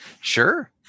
Sure